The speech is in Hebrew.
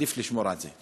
שעדיף לשמור על זה.